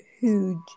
huge